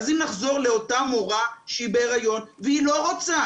אם נחזור לאותה מורה שהיא בהיריון והיא לא רוצה